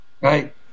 right